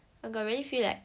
I got really feel like